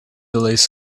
lays